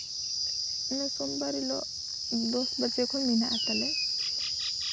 ᱚᱱᱮ ᱥᱳᱢᱵᱟᱨ ᱦᱤᱞᱚᱜ ᱫᱚᱥ ᱵᱟᱡᱮ ᱠᱷᱚᱱ ᱢᱮᱱᱟᱜᱼᱟ ᱛᱟᱞᱮ